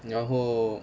然后